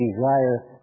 desire